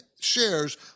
shares